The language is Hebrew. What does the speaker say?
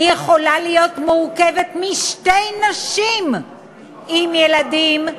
היא יכולה להיות מורכבת משתי נשים עם ילדים,